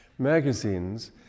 magazines